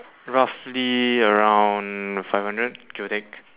roughly around five hundred give or take